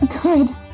Good